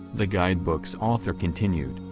the guidebook's author continued,